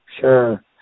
sure